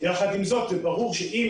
יחד עם זאת, ברור שעם